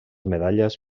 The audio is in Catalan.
medalles